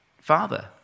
father